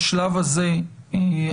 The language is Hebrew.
בשלב הזה התקנות,